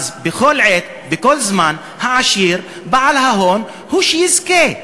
בכל עת, בכל זמן, העשיר, בעל ההון, הוא שיזכה.